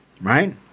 right